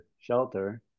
shelter